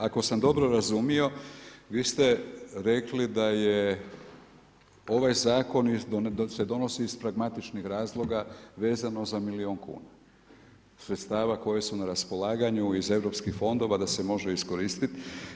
Ako sam dobro razumio, vi ste rekli da se ovaj zakon donosi iz pragmatičnih razloga vezano za milijun kuna sredstava koje su na raspolaganju iz europskih fondova da se može iskoristiti.